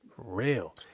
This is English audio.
real